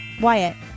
Wyatt